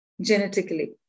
genetically